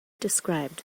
described